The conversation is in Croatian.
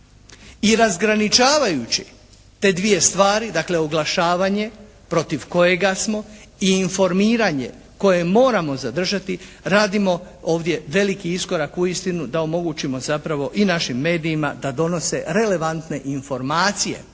I razgraničavajući te dvije stvari, dakle oglašavanje protiv kojega smo i informiranje koje moramo zadržati radimo ovdje veliki iskorak uistinu da omogućimo zapravo i našim medijima da donose relevantne informacije